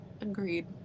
Agreed